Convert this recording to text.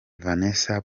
vanessa